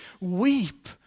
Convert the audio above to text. weep